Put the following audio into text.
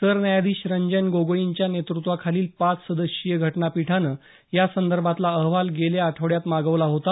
सरन्यायाधिश रंजन गोगोईंच्या नेतृत्वाखालील पाच सदस्यीय घटनापीठानं या संदर्भातला अहवाल गेल्या आठवडयात मागवला होता